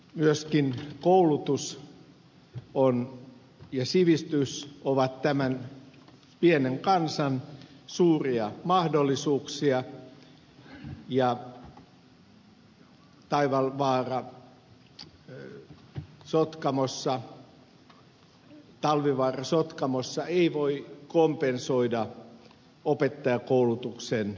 myöskin koulutus ja sivistys ovat tämän pienen kansan suuria mahdollisuuksia ja talvivaara sotkamossa ei voi kompensoida opettajankoulutuksen poisjääntiä